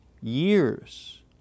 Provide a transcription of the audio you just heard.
years